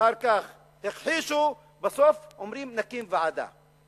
אחר כך הכחישו, ובסוף אומרים: נקים ועדה.